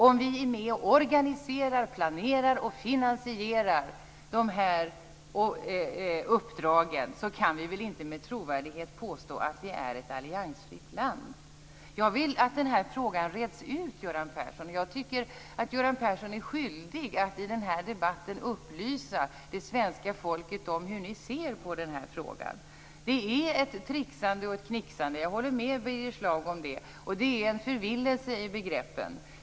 Om vi är med och organiserar, planerar och finansierar dessa uppdrag, kan vi väl inte med trovärdighet påstå att vi är ett alliansfritt land? Jag vill att denna fråga reds ut, Göran Persson. Jag tycker att Göran Persson är skyldig att i denna debatt upplysa det svenska folket om hur ni ser på denna fråga. Det är ett tricksande och ett knixande. Jag håller med Birger Schlaug om det. Och det är en förvillelse i begreppen.